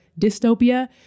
dystopia